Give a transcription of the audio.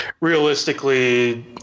realistically